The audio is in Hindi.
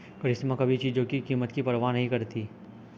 करिश्मा कभी चीजों की कीमत की परवाह नहीं करती